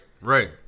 right